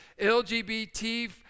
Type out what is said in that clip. LGBT